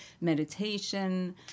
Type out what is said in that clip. meditation